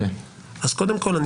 קודם כול,